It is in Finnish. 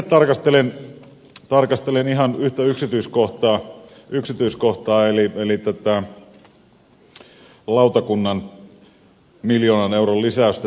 itse tarkastelen ihan yhtä yksityiskohtaa eli lautakunnan miljoonan euron lisäystä